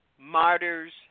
Martyrs